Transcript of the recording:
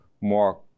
more